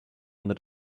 under